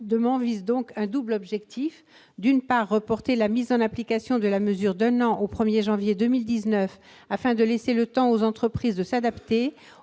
amendement a un double objectif. D'une part, il vise à reporter la mise en application de la mesure d'un an, au 1 janvier 2019, afin de laisser le temps aux entreprises de s'adapter